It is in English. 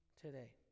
today